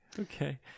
Okay